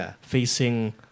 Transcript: facing